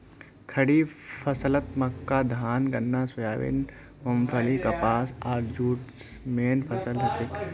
खड़ीफ फसलत मक्का धान गन्ना सोयाबीन मूंगफली कपास आर जूट मेन फसल हछेक